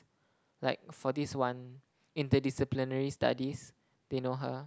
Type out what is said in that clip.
like for this one interdisciplinary studies they know her